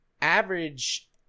average